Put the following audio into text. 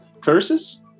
curses